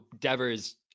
Devers